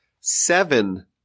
seven